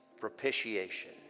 propitiation